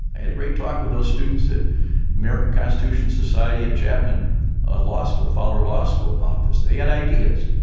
i had a great talk with those students at american constitution society at chapman ah law school, follow law school about this, and they had ideas.